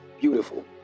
Beautiful